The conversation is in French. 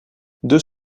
deux